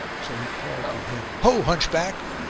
so he called to him, ho hunchback!